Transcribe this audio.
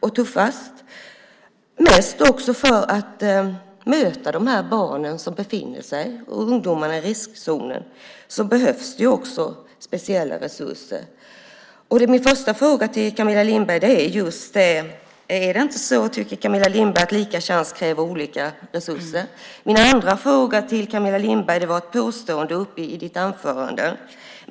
Framför allt behövs det speciella resurser för att kunna möta de barn och ungdomar som befinner sig i riskzonen. Det första jag vill fråga Camilla Lindberg om är ifall hon inte tycker att lika chans kräver olika resurser. Det andra gäller ett påstående i Camilla Lindbergs anförande.